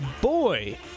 Boy